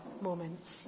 moments